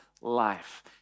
life